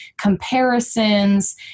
comparisons